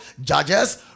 judges